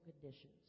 conditions